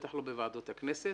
בטח לא בוועדות הכנסת.